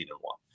one